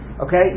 Okay